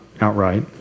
outright